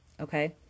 Okay